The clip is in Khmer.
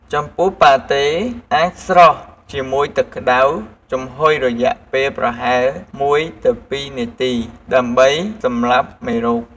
ចំពោះប៉ាតេ អាចស្រុះជាមួយទឹកក្ដៅចំហុយរយៈពេលប្រហែល ១–២ នាទី ដើម្បីសម្លាប់មេរោគ។